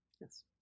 Yes